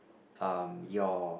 um your